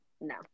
No